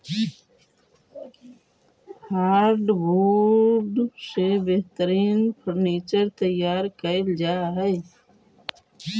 hardwood से बेहतरीन furniture तैयार कैल जा हइ